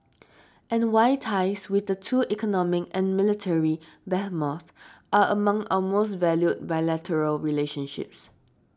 and why ties with the two economic and military behemoths are among our most valued bilateral relationships